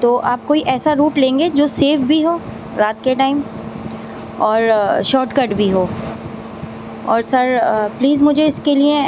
تو آپ کوئی ایسا روٹ لیں گے جو سیف بھی ہو رات کے ٹائم اور شاٹ کٹ بھی ہو اور سر پلیز مجھے اس کے لیے